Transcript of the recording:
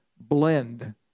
blend